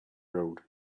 road